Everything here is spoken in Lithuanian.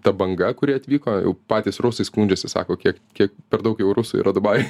ta banga kuri atvyko jau patys rusai skundžiasi sako kiek kiek per daug jau rusų yra dubajuj